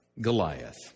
Goliath